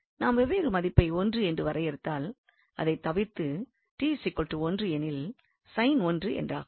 நாம் வெவ்வேறு மதிப்பை 1 என்று வரையறுத்ததால் இதைத் தவிர்த்து t 1 எனில் sin 1 என்றாகும்